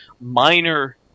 minor